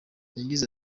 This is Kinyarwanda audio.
yagize